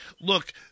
Look